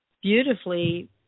beautifully